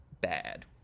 bad